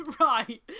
right